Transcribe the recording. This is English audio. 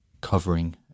covering